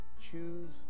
choose